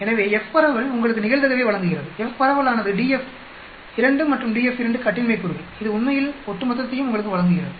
எனவே F பரவல் உங்களுக்கு நிகழ்தகவை வழங்குகிறது F பரவல் ஆனது df 2 மற்றும் df 2 கட்டின்மை கூறுகள் இது உண்மையில் ஒட்டுமொத்தத்தையும் உங்களுக்கு வழங்குகிறது